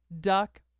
duck